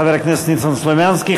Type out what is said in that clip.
חבר הכנסת ניסן סלומינסקי.